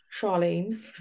Charlene